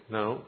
Now